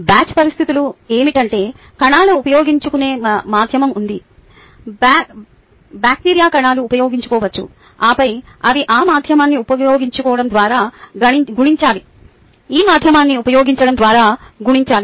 batch పరిస్థితులు ఏమిటంటే కణాలు ఉపయోగించుకునే మాధ్యమం ఉంది బ్యాక్టీరియా కణాలు ఉపయోగించుకోవచ్చు ఆపై అవి ఈ మాధ్యమాన్ని ఉపయోగించడం ద్వారా గుణించాలి ఈ మాధ్యమాన్ని ఉపయోగించడం ద్వారా గుణించాలి